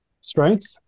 strength